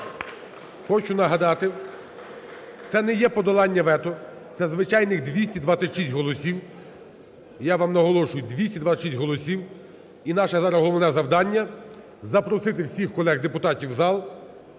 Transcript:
Хочу нагадати, це не є подолання вето, це звичайних 226 голосів. Я вам наголошую, 226 голосів. І наше зараз головне завдання – запросити всіх колег депутатів в зал